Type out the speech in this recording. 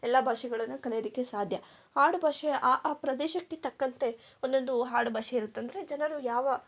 ಎಲ್ಲ ಭಾಷೆಗಳನ್ನ ಕಲಿಯೋದಕ್ಕೆ ಸಾಧ್ಯ ಆಡುಭಾಷೆ ಆ ಆ ಪ್ರದೇಶಕ್ಕೆ ತಕ್ಕಂತೆ ಒಂದೊಂದು ಹಾಡು ಭಾಷೆ ಇರುತ್ತೆ ಅಂದರೆ ಜನರು ಯಾವ